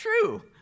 true